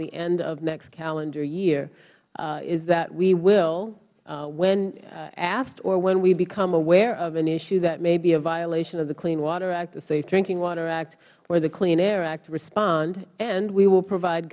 the end of next calendar year is that we will when asked or when we become aware of an issue that may be a violation of the clean water act the safe drinking water act or the clean air act respond and we will provide